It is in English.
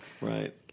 Right